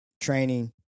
training